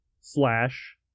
slash